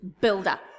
builder